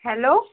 hello